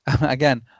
again